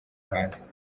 hasi